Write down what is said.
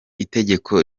itegeko